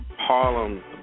Harlem